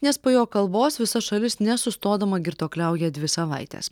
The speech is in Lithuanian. nes po jo kalbos visa šalis nesustodama girtuokliauja dvi savaites